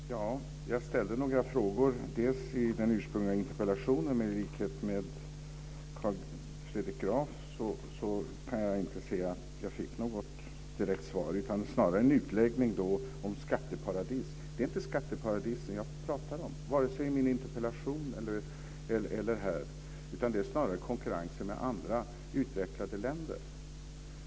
Fru talman! Jag ställde några frågor i den ursprungliga interpellationen, men i likhet med Carl Fredrik Graf kan jag inte se att jag fick något direkt svar utan snarare en utläggning om skatteparadis. Det är inte skatteparadisen jag pratar om vare sig i min interpellation eller här. Det är snarare konkurrensen med andra utvecklade länder.